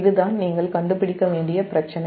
இதுதான் நீங்கள் கண்டுபிடிக்க வேண்டிய பிரச்சினை